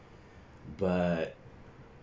but